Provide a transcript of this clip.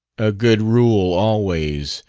a good rule always,